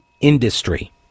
industry